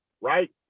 right